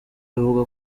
bivugwa